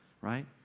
right